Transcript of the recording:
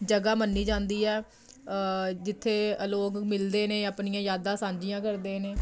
ਜਗ੍ਹਾ ਮੰਨੀ ਜਾਂਦੀ ਆ ਜਿੱਥੇ ਲੋਕ ਮਿਲਦੇ ਨੇ ਆਪਣੀਆਂ ਯਾਦਾਂ ਸਾਂਝੀਆਂ ਕਰਦੇ ਨੇ